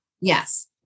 Yes